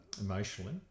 emotionally